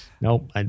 Nope